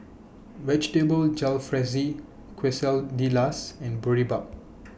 Vegetable Jalfrezi Quesadillas and Boribap